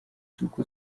duka